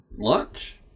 lunch